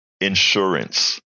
insurance